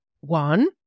One